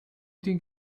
think